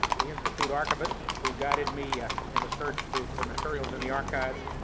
the institute archivist who guided me in a search through for materials in the archives.